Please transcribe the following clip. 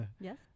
Yes